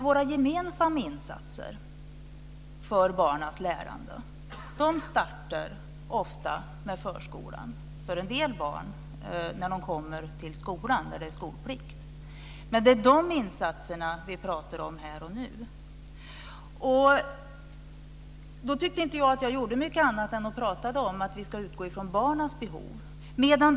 Våra gemensamma insatser för barnens lärande startar ofta med förskolan och för en del barn när de kommer till skolan när det är skolplikt. Det är de insatserna vi pratar om här och nu. Jag tyckte inte att jag gjorde mycket annat än att prata om att vi ska utgå från barnens behov.